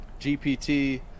GPT